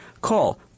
Call